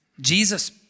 Jesus